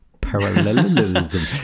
Parallelism